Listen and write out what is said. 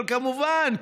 אבל כמובן,